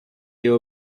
you